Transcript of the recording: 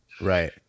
Right